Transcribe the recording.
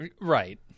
Right